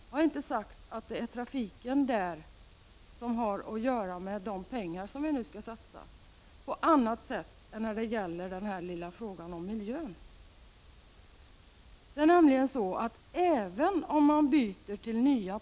Jag har inte sagt att trafiken där har att göra med de pengar som vi nu skall satsa, på annat sätt än när det gäller denna lilla fråga om miljön.